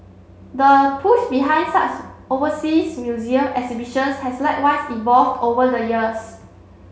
the push behind such overseas museum exhibitions has likewise evolved over the years